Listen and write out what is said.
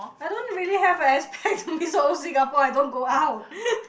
I don't really have an expect to be so Singapore I don't go out